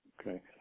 okay